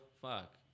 fuck